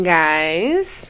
guys